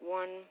one